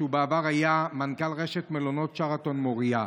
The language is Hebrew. שבעבר היה מנכ"ל רשת מלונות שרתון מוריה.